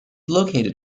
located